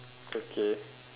okay